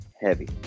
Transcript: heavy